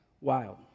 Wild